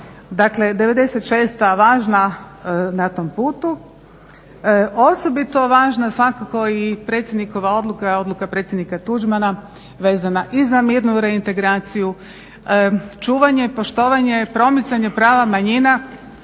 dakle, '96. je važna na tom putu. Osobito važna, svakako i predsjednikova odluka, odluka predsjednika Tuđmana vezana i za mirnu reintegraciju, čuvanje, poštovanje i promicanje prava manjina